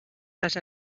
les